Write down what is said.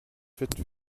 fit